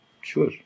Sure